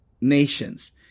nations